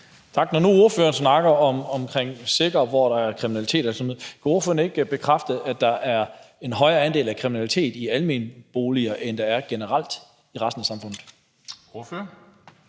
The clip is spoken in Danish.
Tak. Når ordføreren nu snakker om at sikre det, hvor der er kriminalitet og sådan noget, kunne ordføreren så ikke bekræfte, at der er en højere andel af kriminalitet i forbindelse med almene boliger, end der er generelt i resten af samfundet?